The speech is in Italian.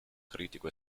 critico